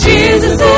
Jesus